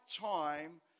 time